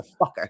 fucker